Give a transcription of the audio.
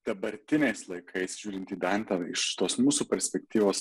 dabartiniais laikais žiūrint į dantę iš tos mūsų perspektyvos